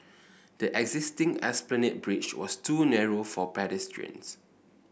the existing Esplanade Bridge was too narrow for pedestrians